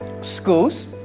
schools